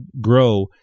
grow